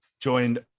joined